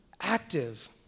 active